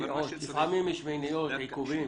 לפעמים יש מניעות ועיכובים.